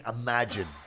imagine